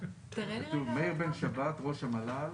ראשית,